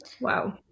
Wow